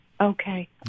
Okay